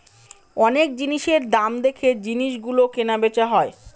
অনেক জিনিসের দাম দেখে জিনিস গুলো কেনা বেচা হয়